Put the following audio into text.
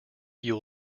you